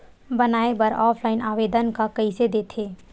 बनाये बर ऑफलाइन आवेदन का कइसे दे थे?